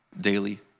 daily